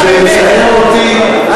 זה מצער אותי,